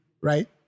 right